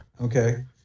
okay